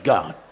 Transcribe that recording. God